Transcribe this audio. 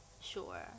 Sure